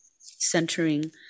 centering